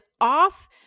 off